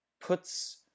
puts